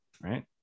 right